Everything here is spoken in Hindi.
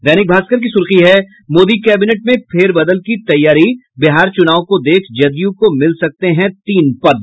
दैनिक भास्कर की सुर्खी है मोदी कैबिनेट में फेरबदल की तैयारी बिहार चुनाव को देख जदयू को मिल सकते हैं तीन पद